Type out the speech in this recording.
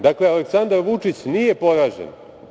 Dakle, Aleksandar Vučić nije poražen.